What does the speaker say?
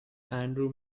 andrew